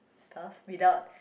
stuff without